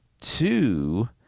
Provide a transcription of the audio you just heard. two